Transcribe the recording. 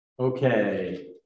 Okay